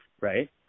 right